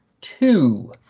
two